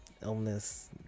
illness